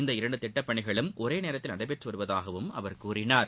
இந்த இரண்டு திட்டப்பணிகளும் ஒரே நேரத்தில் நடைபெற்று வருவதாகவும் அவர் கூறினார்